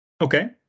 Okay